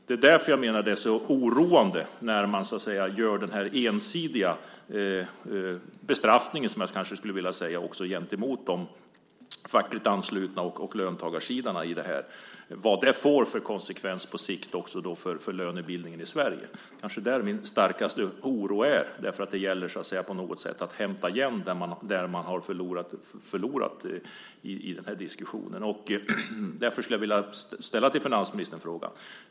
Det är därför jag menar att det är så oroande när man gör den ensidiga "bestraffningen", som jag kanske skulle vilja kalla det, gentemot de fackligt anslutna och löntagarsidan. Vad får det för konsekvenser på sikt för lönebildningen i Sverige? Det är kanske där min starkaste oro är. Det gäller på något sätt att hämta igen det man har förlorat i diskussionen. Jag skulle därför vilja ställa en fråga till finansministern.